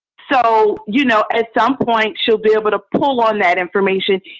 so, you know, at some point she'll be able to pull on that information.